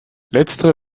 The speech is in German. letztere